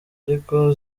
ariko